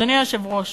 אדוני היושב-ראש.